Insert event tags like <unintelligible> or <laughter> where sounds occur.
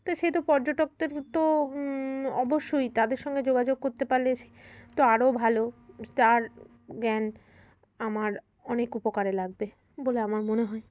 তো সে তো পর্যটকদের তো অবশ্যই তাদের সঙ্গে যোগাযোগ করতে পারলে <unintelligible> তো আরও ভালো তার জ্ঞান আমার অনেক উপকারে লাগবে বলে আমার মনে হয়